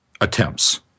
attempts